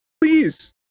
Please